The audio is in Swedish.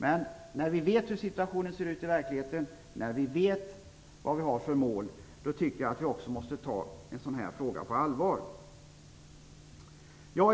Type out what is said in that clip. Men när vi vet hur verkligheten ser ut och vi vet vad vi har för mål, tycker jag att vi måste ta denna fråga på allvar. Om